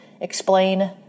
explain